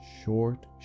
Short